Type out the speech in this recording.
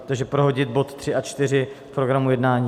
Takže prohodit bod 3 a 4 programu jednání.